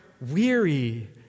weary